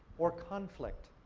or conflict.